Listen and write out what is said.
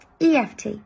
EFT